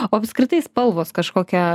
o apskritai spalvos kažkokią